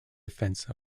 defense